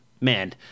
man